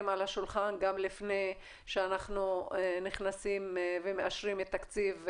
על השולחן גם לפני שאנחנו נכנסים ומאשרים את תקציב 2021,